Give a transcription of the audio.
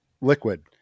liquid